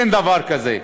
אין דבר כזה.